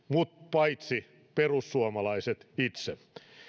paitsi perussuomalaiset itse